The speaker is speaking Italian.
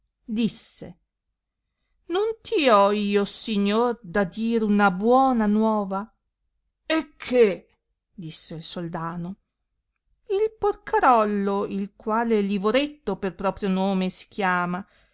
disse non ti ho io signor da dir una buona nuova e che disse il soldano il porcarollo il quale livoretto per proprio nome si chiama